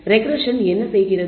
regression என்ன செய்கிறது